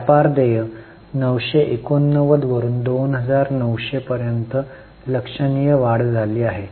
व्यापार देय 989 वरून 2900 पर्यंत लक्षणीय वाढ झाली आहे